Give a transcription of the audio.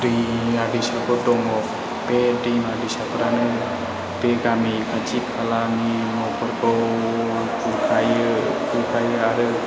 दैमा दैसाफोर दङ बे दैमा दैसाफोरानो बे गामि खाथि खालानि न'खरखौ खुरखायो खुरखायो आरो